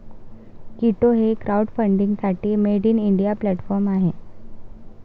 कीटो हे क्राउडफंडिंगसाठी made in India platform आहे